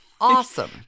Awesome